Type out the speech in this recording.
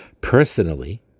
personally